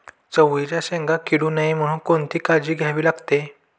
चवळीच्या शेंगा किडू नये म्हणून कोणती काळजी घ्यावी लागते?